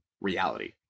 reality